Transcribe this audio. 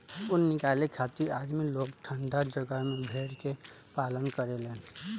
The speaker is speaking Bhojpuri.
ऊन निकाले खातिर आदमी लोग ठंडा जगह में भेड़ के पालन करेलन